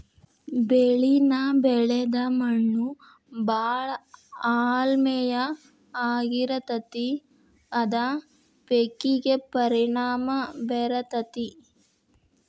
ಬೆಳಿನ ಬೆಳದ ಮಣ್ಣು ಬಾಳ ಆಮ್ಲೇಯ ಆಗಿರತತಿ ಅದ ಪೇಕಿಗೆ ಪರಿಣಾಮಾ ಬೇರತತಿ